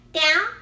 down